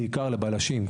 בעיקר לבלשים,